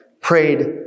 prayed